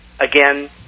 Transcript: again